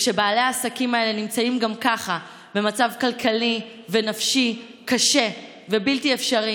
כשבעלי העסקים האלה נמצאים גם ככה במצב כלכלי ונפשי קשה ובלתי אפשרי,